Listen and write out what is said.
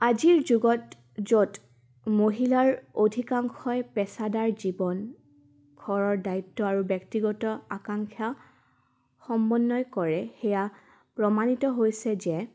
আজিৰ যুগত য'ত মহিলাৰ অধিকাংশই পেছাদাৰ জীৱন ঘৰৰ দায়িত্ব আৰু ব্যক্তিগত আকাাংক্ষা সমন্বয় কৰে সেয়া প্ৰমাণিত হৈছে যে